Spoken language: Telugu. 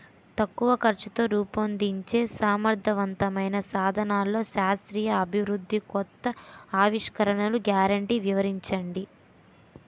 తక్కువ ఖర్చుతో రూపొందించే సమర్థవంతమైన సాధనాల్లో శాస్త్రీయ అభివృద్ధి కొత్త ఆవిష్కరణలు గ్యారంటీ వివరించండి?